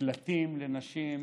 מקלטים לנשים,